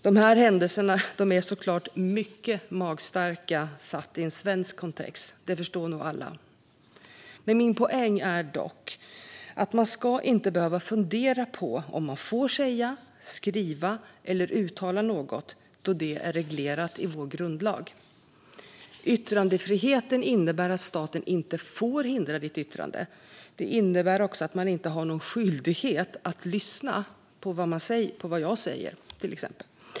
Dessa händelser är såklart mycket magstarka i en svensk kontext - det förstår nog alla. Min poäng är dock att man inte ska behöva fundera på om man får säga, skriva eller uttala något, då detta är reglerat i vår grundlag. Yttrandefriheten innebär att staten inte får hindra ditt yttrande. Detta innebär också att man inte har någon skyldighet att lyssna, till exempel på vad jag säger.